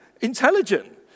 intelligent